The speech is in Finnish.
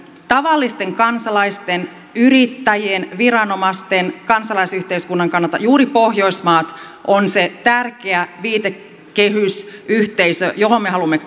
tavallisten kansalaisten yrittäjien viranomaisten kansalaisyhteiskunnan kannalta juuri pohjoismaat ovat se tärkeä viitekehysyhteisö johon me haluamme